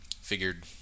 figured